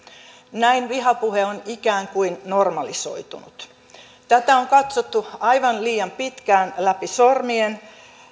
näin vihapuhe on ikään kuin normalisoitunut tätä on katsottu aivan liian pitkään läpi sormien